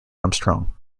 armstrong